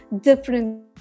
different